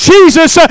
Jesus